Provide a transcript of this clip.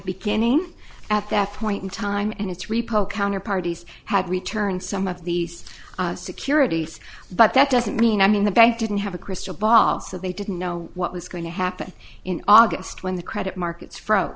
beginning at that point in time and its repub counter parties had returned some of these securities but that doesn't mean i mean the bank didn't have a crystal ball so they didn't know what was going to happen in august when the credit markets fro